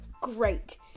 great